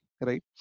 right